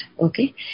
Okay